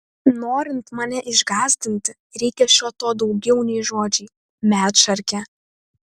norint mane išgąsdinti reikia šio to daugiau nei žodžiai medšarke